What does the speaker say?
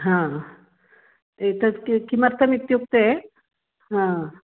हा एतत् किमर्थमित्युक्ते हा